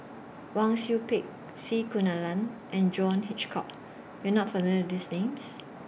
Wang Sui Pick C Kunalan and John Hitchcock YOU Are not familiar with These Names